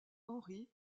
henri